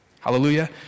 Hallelujah